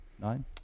nine